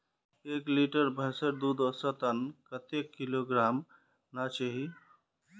एक लीटर भैंसेर दूध औसतन कतेक किलोग्होराम ना चही?